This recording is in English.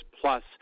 plus